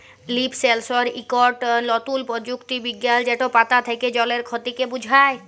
leaf সেলসর ইকট লতুল পরযুক্তি বিজ্ঞাল যেট পাতা থ্যাকে জলের খতিকে বুঝায়